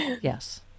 yes